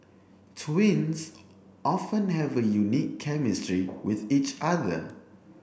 twins often have a unique chemistry with each other